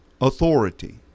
authority